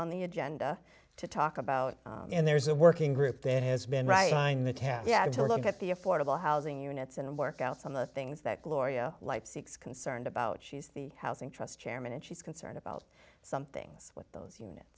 on the agenda to talk about and there's a working group that has been right on the can yeah to look at the affordable housing units and work out some of the things that gloria life six concerned about she's the housing trust chairman and she's concerned about some things with those unit